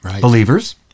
believers